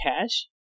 cash